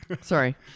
Sorry